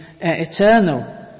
eternal